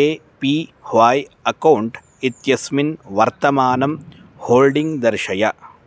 ए P Y account इत्यस्मिन् वर्तमानं holding दर्शय